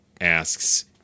asks